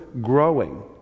growing